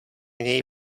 něj